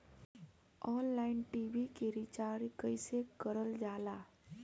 Online TV के recharge कईसे करल जाला?